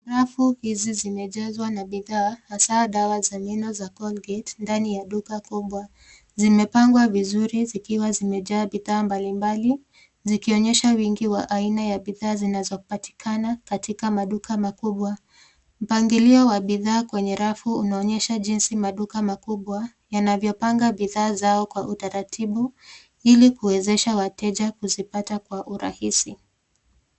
Rafu hizi zimejazwa na bidhaa hasa dawa za meno za Colgate ndani ya duka kubwa. Zimepangwa vizuri zikiwa zimejaa bidhaa mbalimbali, zikionyesha wingi wa aina ya bidhaa zinazopatikana katika maduka makubwa. Mpangilio wa bidhaa kwenye rafu unaonyesha jinsi maduka makubwa yanavyopanga bidhaa zao kwa utaratibu ili kuwezesha wateja kuzipata kwa urahisi.